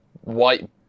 white